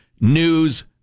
news